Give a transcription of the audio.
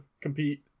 compete